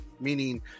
meaning